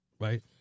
right